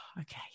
okay